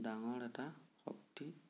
ডাঙৰ এটা শক্তি